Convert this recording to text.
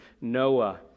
Noah